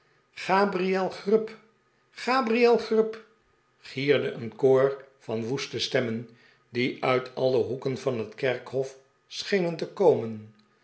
gabriel grub gabriel grub gierde een koor van woeste stemmen die uit alle hoeken van het kerkhof schenen te komen